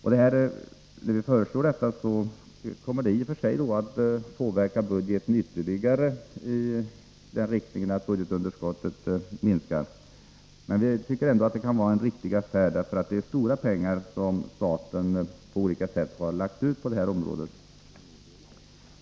Ett sådant här förfarande kommer i och för sig att ytterligare påverka budgeten i den riktningen, att budgetunderskottet ökar. Men vi tycker att det kan vara en riktig affär, därför att det är stora pengar som staten i olika hänseenden har lagt ut på det här området.